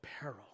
peril